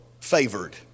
favored